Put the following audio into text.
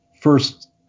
first